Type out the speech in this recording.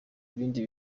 ibindi